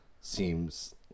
seems